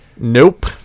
Nope